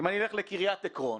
בקריית עקרון